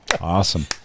Awesome